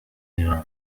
iran